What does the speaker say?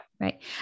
Right